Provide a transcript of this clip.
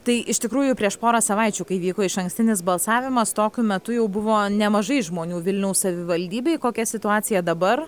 tai iš tikrųjų prieš porą savaičių kai vyko išankstinis balsavimas tokiu metu jau buvo nemažai žmonių vilniaus savivaldybėj kokia situacija dabar